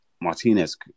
Martinez